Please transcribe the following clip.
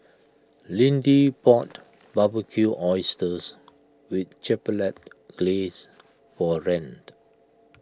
Lidie bought Barbecued Oysters with Chipotle Glaze for a Rand